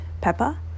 Peppa